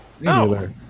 No